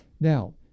Now